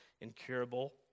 incurable